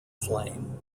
flame